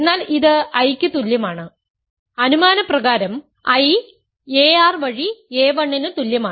എന്നാൽ ഇത് I ക്ക് തുല്യമാണ് അനുമാനപ്രകാരം I ar വഴി a1 ന് തുല്യമാണ്